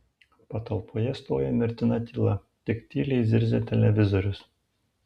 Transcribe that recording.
patalpoje stojo mirtina tyla tik tyliai zirzė televizorius